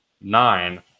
nine